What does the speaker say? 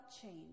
change